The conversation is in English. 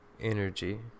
energy